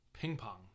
Ping-pong